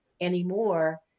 anymore